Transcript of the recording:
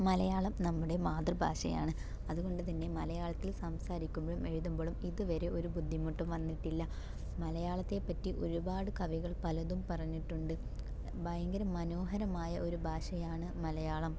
മലയാളം നമ്മുടെ മാതൃഭാഷയാണ് അതുകൊണ്ടുതന്നെ മലയാളത്തിൽ സംസാരിക്കുമ്പോളും എഴുതുമ്പോളും ഇതുവരെ ഒരു ബുദ്ധിമുട്ടും വന്നിട്ടില്ല മലയാളത്തെ പറ്റി ഒരുപാട് കവികൾ പലതും പറഞ്ഞിട്ടുണ്ട് ഭയങ്കര മനോഹരമായ ഒരു ഭാഷയാണ് മലയാളം